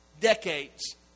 Decades